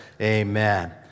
amen